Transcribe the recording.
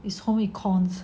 its home econs